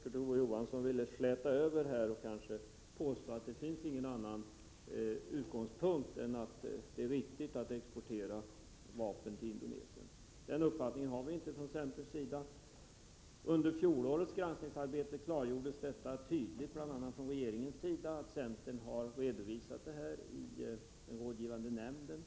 Kurt Ove Johansson ville släta över och påstod att det inte finns någon annan utgångspunkt än att det är riktigt att exportera vapen till Indonesien. Den uppfattningen har inte centern. Under fjolårets granskningsarbete klargjordes detta tydligt. Centern har redovisat detta, bl.a. i den rådgivande nämnden.